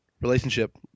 relationship